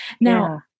Now